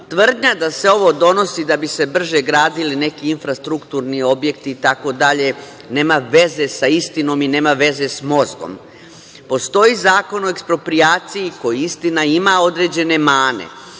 Tvrdnja da se ovo donosi da bi se brže gradili neki infrastrukturni objekti itd. nema veze sa istinom i nema veze s mozgom. Postoji Zakon o eksproprijaciji koji, istina, ima određene mane,